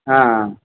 ಹಾಂ ಹಾಂ